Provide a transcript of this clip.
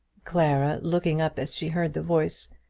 clara looking up as she heard the voice,